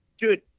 dude